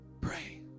Pray